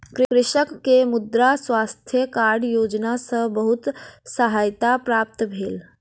कृषक के मृदा स्वास्थ्य कार्ड योजना सॅ बहुत सहायता प्राप्त भेल